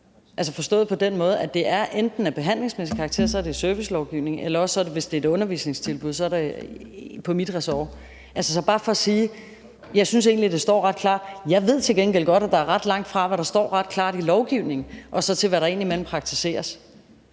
forstået på den måde, at enten er det af behandlingsmæssig karakter, og så hører det under servicelovgivningen, eller også er det et undervisningstilbud, og så hører det under mit ressort. Det er bare for at sige, at jeg egentlig synes, det står ret klart. Men jeg ved til gengæld også, at der er ret langt fra, hvad der står ret klart i lovgivningen, og så til, hvad der indimellem praktiseres.